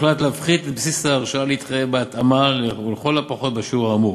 הוחלט להפחית את בסיס ההרשאה להתחייב בהתאמה ולכל הפחות בשיעור האמור.